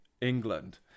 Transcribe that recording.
England